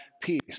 peace